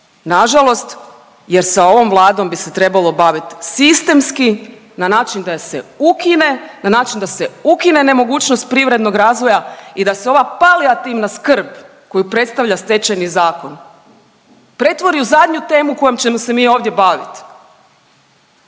nažalost jer sa ovom Vladom bi se trebalo bavit sistemski na način da se ukine, na način da se ukine nemogućnost privrednog razvoja i da se ova palijativna skrb koju predstavlja Stečajni zakon pretvori u zadnju temu kojom ćemo se mi ovdje bavit